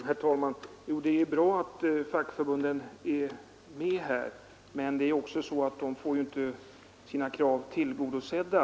Herr talman! Det är bra att fackförbunden är med i bilden, men de får inte alltid sina krav tillgodosedda.